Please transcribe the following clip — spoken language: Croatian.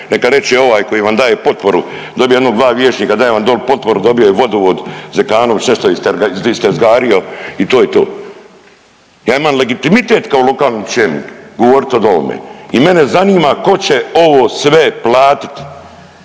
neka reče ovaj koji vam daje potporu, dobio jedno dva vijećnika daje vam doli potporu, dobio je vodovod, Zekanović nešto istezgario i to je to. Ja imam legitimitet kao lokalni čelnik govorit o ovome i mene zanima ko će ovo sve platiti,